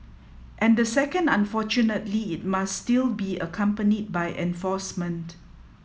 and the second unfortunately it must still be accompanied by enforcement